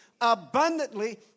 abundantly